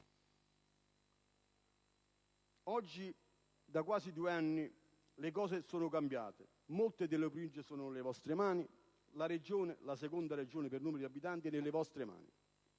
Oggi, dopo quasi due anni, le cose sono cambiate. Molte Province sono nelle vostre mani. La Campania, seconda Regione per numero di abitanti, è nelle vostre mani.